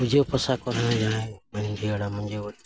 ᱯᱩᱡᱟᱹ ᱯᱟᱥᱟ ᱠᱚᱨᱮᱱᱟᱜ ᱢᱟᱹᱡᱷᱤ ᱦᱟᱲᱟᱢ ᱢᱟᱹᱡᱷᱤ ᱵᱩᱲᱦᱤ